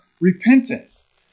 repentance